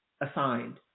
assigned